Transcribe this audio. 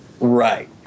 Right